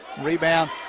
Rebound